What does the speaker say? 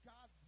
God